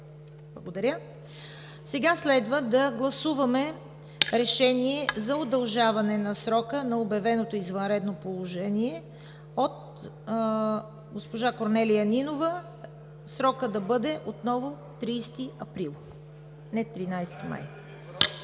благодаря. Сега следва да гласуваме предложение за удължаване срока на обявеното извънредно положение от госпожа Корнелия Нинова – срокът да бъде 30 април, а не 13 май.